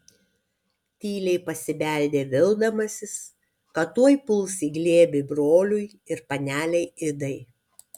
tyliai pasibeldė vildamasis kad tuoj puls į glėbį broliui ir panelei idai